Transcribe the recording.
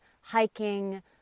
hiking